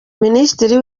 minisitiri